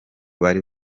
bari